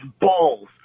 balls